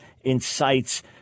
incites